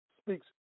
speaks